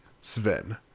Sven